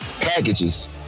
packages